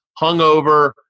hungover